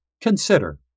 consider